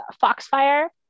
Foxfire